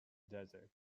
desert